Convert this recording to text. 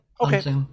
Okay